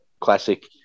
classic